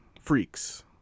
Freaks